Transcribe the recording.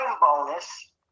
bonus